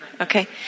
Okay